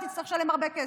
היא תצטרך לשלם הרבה כסף.